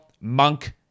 Monk